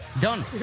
Done